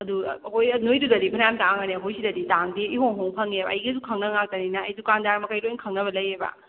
ꯑꯗꯨ ꯑꯩꯈꯣꯏ ꯅꯣꯏꯒꯤꯗꯨꯗꯗꯤ ꯐꯅꯌꯥꯝ ꯇꯥꯡꯉꯝꯒꯅꯤ ꯑꯩꯈꯣꯏ ꯁꯤꯗꯗꯤ ꯇꯥꯡꯗꯦ ꯏꯍꯣꯡ ꯍꯣꯡꯅ ꯐꯪꯉꯦꯕ ꯑꯩꯒꯤꯁꯨ ꯈꯪꯅꯕ ꯉꯥꯛꯇꯅꯤꯅ ꯑꯩ ꯗꯨꯀꯥꯟꯗꯥꯔ ꯃꯈꯩ ꯂꯣꯏ ꯈꯪꯅꯕ ꯂꯩꯌꯦꯕ